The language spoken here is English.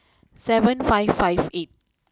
seven five five eight